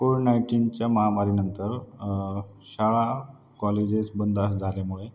Covid नाईन्टीनच्या महामारीनंतर शाळा कॉलेजेस बंद झाल्यामुळे